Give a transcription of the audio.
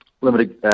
limited